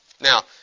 Now